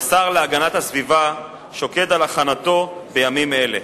שהשר להגנת הסביבה שוקד על הכנתו בימים אלה.